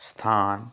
ਸਥਾਨ